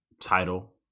title